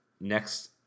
next